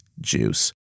Juice